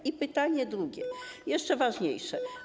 I pytanie drugie, jeszcze ważniejsze.